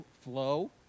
flow